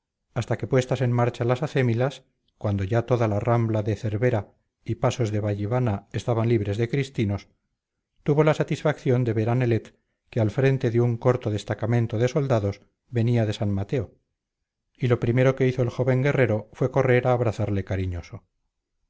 hasta que puestas en marcha las acémilas cuando ya toda la rambla de cervera y pasos de vallivana estaban libres de cristinos tuvo la satisfacción de ver a nelet que al frente de un corto destacamento de soldados venía de san mateo y lo primero que hizo el joven guerrero fue correr a abrazarle cariñoso